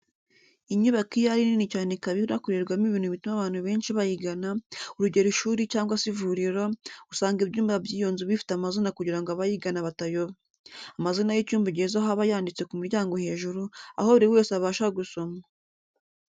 Inyubako iyo ari nini cyane ikaba inakorerwamo ibintu bituma abantu benshi bayigana, urugero ishuri cyangwa se ivuriro, usanga ibyumba by'iyo nzu bifite amazina kugira ngo abayigana batayoba. Amazina y'icyumba ugezeho aba yanditse ku muryango hejuru, aho buri wese abasha gusoma.